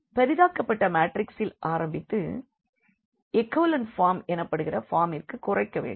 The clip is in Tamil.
பெரிதாக்கப்பட்ட மேட்ரிக்ஸில் ஆரம்பித்து எகோலன் ஃபார்ம் எனப்படுகின்ற பார்மிற்கு குறைக்க வேண்டும்